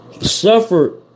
Suffered